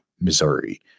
Missouri